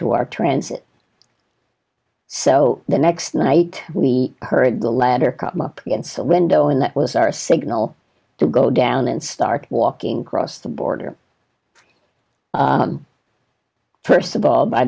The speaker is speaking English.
to our trenches so the next night we heard the ladder come up against the window and that was our signal to go down and start walking cross the border first of all by